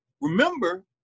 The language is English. Remember